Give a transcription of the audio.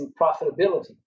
profitability